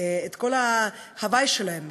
את כל ההווי שלהם,